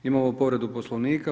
Imamo povredu Poslovnika.